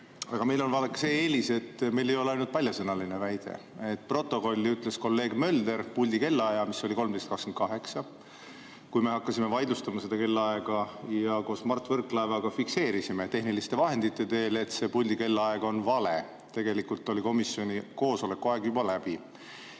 Aga meil on, vaadake, see eelis, et meil ei ole ainult paljasõnaline väide. Protokolli jaoks ütles kolleeg Mölder puldi kellaaja, mis oli 13.28, kui me hakkasime vaidlustama seda kellaaega ja koos Mart Võrklaevaga fikseerisime tehniliste vahendite abil, et puldi kellaaeg oli vale. Tegelikult oli komisjoni koosoleku aeg juba läbi.